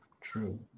true